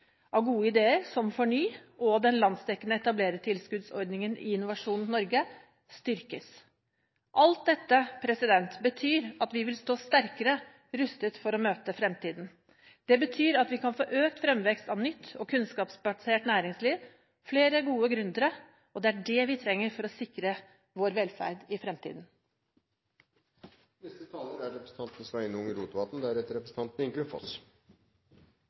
av gode ideer, som FORNY og den landsdekkende etablerertilskuddsordningen i Innovasjon Norge, styrkes. Alt dette betyr at vi vil stå sterkere rustet for å møte fremtiden. Det betyr at vi kan få økt fremvekst av nytt og kunnskapsbasert næringsliv og flere gode gründere, og det er det vi trenger for å sikre vår velferd i fremtiden. Neste veke legg pelsdyrutvalet fram sin rapport. Venstre er